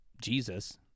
Jesus